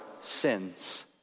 sins